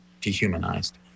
dehumanized